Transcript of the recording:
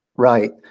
Right